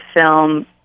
film